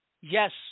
yes